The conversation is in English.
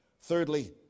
Thirdly